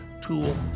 tool